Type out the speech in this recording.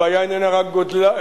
הבעיה איננה רק מספרן,